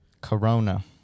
Corona